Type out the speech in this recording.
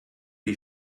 die